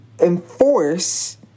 enforce